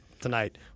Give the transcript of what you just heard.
tonight